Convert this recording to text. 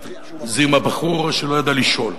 זה עם הבחור שלא יודע לשאול.